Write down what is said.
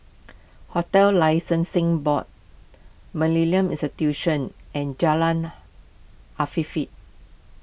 Hotels Licensing Board Millennia Institution and Jalan Afifi